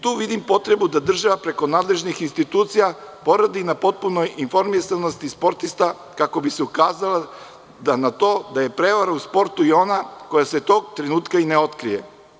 Tu vidim potrebu da država preko nadležnih institucija poradi na potpunoj informisanosti sportista, kako bi se ukazalo na to da je prevara u sportu i ona koja se tog trenutka ne otkrije.